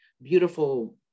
beautiful